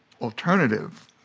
alternative